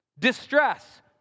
Distress